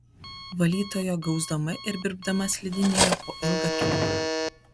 valytoja gausdama ir birbdama slidinėjo po ilgą kilimą